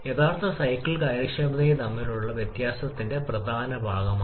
9 വരെയുള്ള ശ്രേണി നമ്മൾക്ക് വളരെ ഉയർന്ന ദക്ഷത നൽകുന്നു